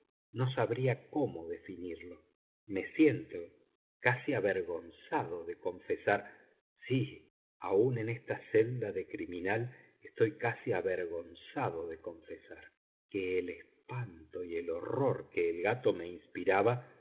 no sabría cómo definirlo me siento casi avergonzado de confesar sí aun en esta celda de criminal estoy casi avergonzado de confesar que el espanto y el horror que el gato me inspiraba